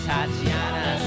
Tatiana